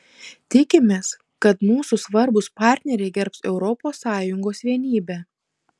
tikimės kad mūsų svarbūs partneriai gerbs europos sąjungos vienybę